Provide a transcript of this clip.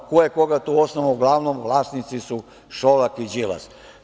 Ko je koga tu osnovao, uglavnom vlasnici su Šolak i Đilas.